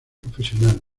profesional